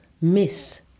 myth